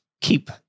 keep